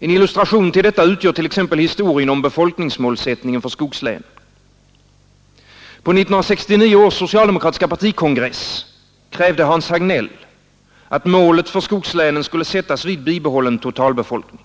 En illustration till detta utgör t.ex. historien om befolkningsmålsättningen för skogslänen. På 1969 års socialdemokratiska partikongress krävde Hans Hagnell att målet för skogslänen skulle sättas vid bibehållen totalbefolkning.